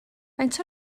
faint